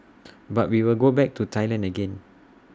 but we will go back to Thailand again